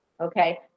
okay